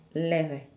left eh